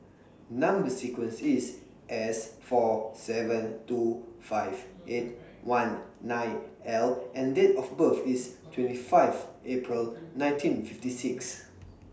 Number sequence IS S four seven two five eight one nine L and Date of birth IS twenty five April nineteen fifty six